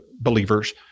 believers